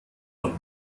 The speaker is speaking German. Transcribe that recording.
von